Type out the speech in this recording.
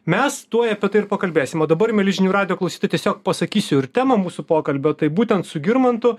mes tuoj apie tai ir pakalbėsim o dabar mieli žinių radijo klausytojai tiesiog pasakysiu ir temą mūsų pokalbio tai būtent su girmantu